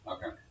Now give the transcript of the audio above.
Okay